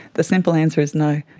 the simple answer is no.